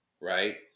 right